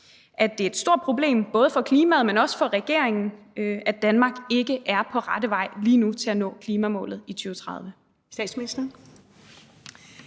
at det er et stort problem både for klimaet, men også for regeringen, at Danmark ikke er på rette vej lige nu til at nå klimamålet i 2030?